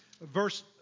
verse